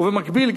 ובמקביל,